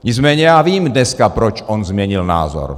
Nicméně já vím dneska, proč on změnil názor.